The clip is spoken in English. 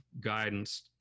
guidance